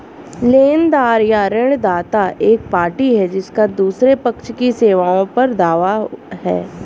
लेनदार या ऋणदाता एक पार्टी है जिसका दूसरे पक्ष की सेवाओं पर दावा है